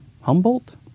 Humboldt